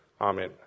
amen